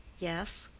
yes.